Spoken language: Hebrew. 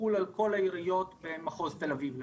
יחול על כל העיריות במחוז תל אביב למשל.